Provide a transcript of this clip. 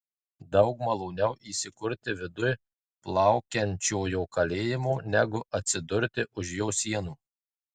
daug maloniau įsikurti viduj plaukiančiojo kalėjimo negu atsidurti už jo sienų